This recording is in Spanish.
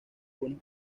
buenos